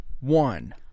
one